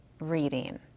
reading